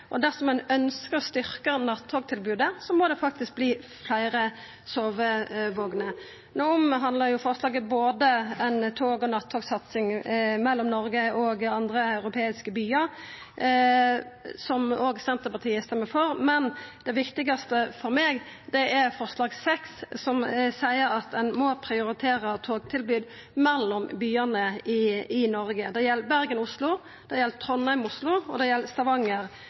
og dersom ein ønskjer å styrkja nattogtilbodet, må det faktiske vera fleire sovevogner. Representantforslaget handlar om både ei tog- og nattogssatsing mellom Noreg og andre europeiske byar, noko Senterpartiet òg vil stemma for, men det viktigaste for meg er forslag nr. 6, der det står at ein må prioritera togtilbodet mellom byane i Noreg. Det gjeld Bergen–Oslo, Trondheim–Oslo og